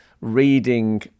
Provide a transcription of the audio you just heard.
reading